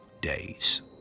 days